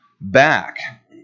back